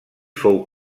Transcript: fou